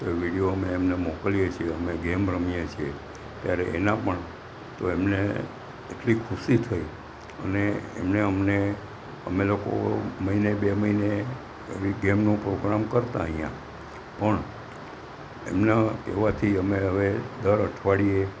તો એ વિડીયો અમે એમને મોકલીએ છીએ અમે ગેમ રમીએ છીએ ત્યારે એના પણ તો એમને એટલી ખુશી થઈ અને એમણે અમને અમે લોકો મહિને બે મહિને એવી ગેમનો પોગ્રામ કરતાં અહીંયાં પણ એમના કહેવાથી અમે હવે દર અઠવાડિએ